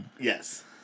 Yes